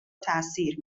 تاثیر